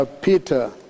Peter